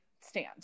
stand